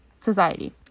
society